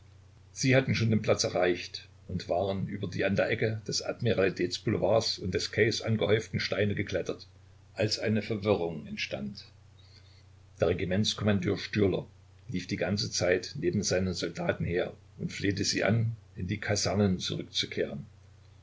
sie hatten schon den platz erreicht und waren über die an der ecke des admiralitätsboulevards und des quais angehäuften steine geklettert als eine verwirrung entstand der regimentskommandeur stürler lief die ganze zeit neben seinen soldaten her und flehte sie an in die kasernen zurückzukehren